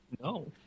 No